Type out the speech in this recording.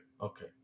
Okay